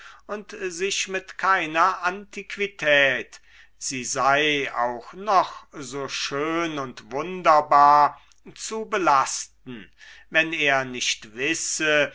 und sich mit keiner antiquität sie sei auch noch so schön und wunderbar zu belasten wenn er nicht wisse